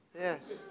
Yes